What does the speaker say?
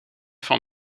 van